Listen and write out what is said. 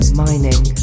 mining